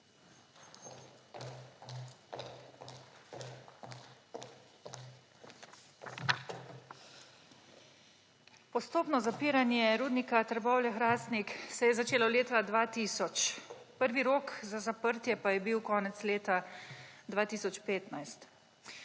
Postopno zapiranje Rudnika Trbovlje-Hrastnik se je začelo leta 2000, prvi rok za zaprtje pa je bil konec leta 2015.